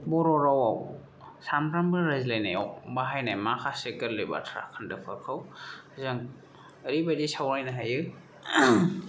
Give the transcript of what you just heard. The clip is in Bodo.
बर' रावआव सानफ्रामबो रायज्लायनायाव बाहायनाय माखासे गोरलै बाथ्रा खोन्दोफोरखौ जों ओरैबादि सावरायनो हायो